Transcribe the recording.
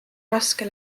raske